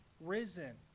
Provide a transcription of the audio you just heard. risen